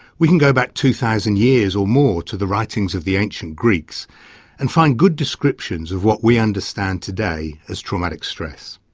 we can go back two thousand years or more to the writings of the ancient greeks and find good descriptions of what we understand today as traumatic stress.